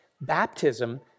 baptism